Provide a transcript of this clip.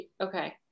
Okay